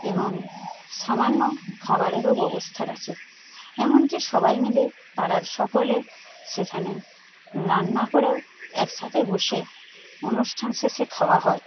এবং সামান্য খাবারেরও ব্যবস্থা রাখে এমনকি সবাই মিলে পাড়ার সকলে সেখানে রান্না করেও একসাথে বসে অনুষ্ঠান শেষে খাওয়া হয়